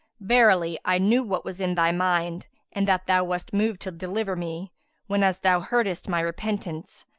verily i knew what was in thy mind and that thou wast moved to deliver me whenas thou heardest my repentance,